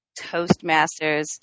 Toastmasters